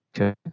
Okay